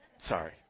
Sorry